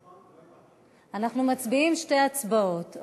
עוד פעם, אנחנו מצביעים שתי הצבעות.